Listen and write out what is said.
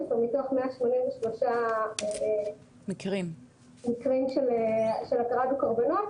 16 מתוך 183 מקרים של הכרה בקורבנות,